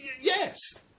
yes